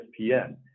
ESPN